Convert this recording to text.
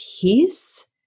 peace